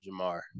Jamar